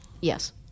Yes